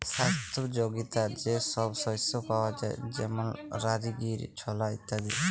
স্বাস্থ্যপ যগীতা যে সব শস্য পাওয়া যায় যেমল রাজগীরা, ছলা ইত্যাদি